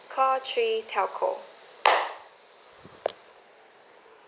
call three telco